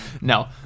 no